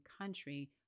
country